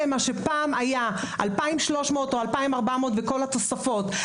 מה שפעם היה 2,300 או 2,400 וכל התוספות,